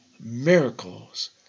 miracles